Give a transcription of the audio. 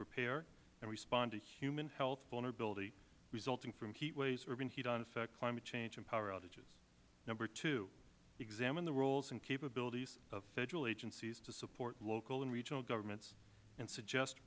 prepare and respond to human health vulnerability resulting from heat waves urban heat island effect climate change and power outages number two examine the roles and capabilities of federal agencies to support local and regional governments and suggest